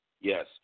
Yes